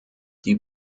die